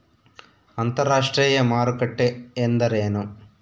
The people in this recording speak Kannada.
ಅಂತರಾಷ್ಟ್ರೇಯ ಮಾರುಕಟ್ಟೆ ಎಂದರೇನು?